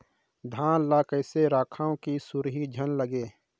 धान ल कइसे रखव कि सुरही झन लगे?